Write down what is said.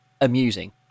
amusing